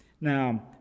Now